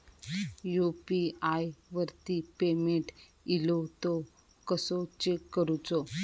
UPI वरती payment इलो तो कसो चेक करुचो?